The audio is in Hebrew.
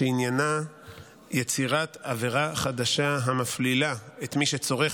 שעניינה יצירת עבירה חדשה המפלילה את מי שצורך